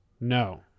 No